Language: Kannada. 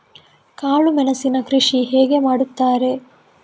ಕಾಳು ಮೆಣಸಿನ ಕೃಷಿ ಹೇಗೆ ಮಾಡುತ್ತಾರೆ?